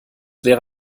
wäre